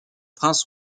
princes